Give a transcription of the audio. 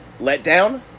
Letdown